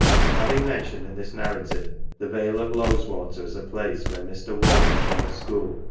having mentioned in this narrative the vale of lowes water as a place where mr. walker taught school,